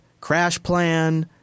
CrashPlan